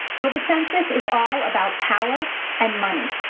well, the census is all about power and money.